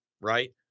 right